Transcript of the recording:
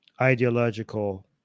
ideological